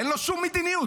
אין לו שום מדיניות.